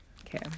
Okay